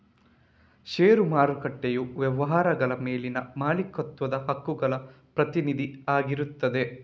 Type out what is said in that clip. ಷೇರು ಮಾರುಕಟ್ಟೆಯು ವ್ಯವಹಾರಗಳ ಮೇಲಿನ ಮಾಲೀಕತ್ವದ ಹಕ್ಕುಗಳ ಪ್ರತಿನಿಧಿ ಆಗಿರ್ತದೆ